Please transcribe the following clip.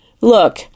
Look